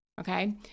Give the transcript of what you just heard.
Okay